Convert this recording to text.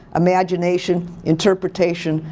imagination, interpretation,